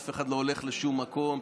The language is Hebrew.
אף אחד לא הולך לשום מקום,